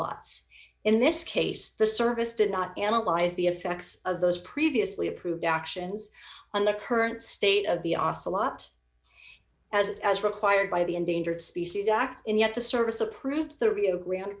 lots in this case the service did not analyze the effects of those previously approved actions on the current state of the ocelot as as required by the endangered species act and yet the service approved the rio grande